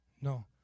No